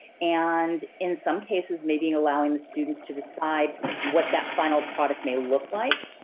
and, in some cases maybe in allowing the students to decide what that final product may look like,